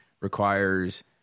requires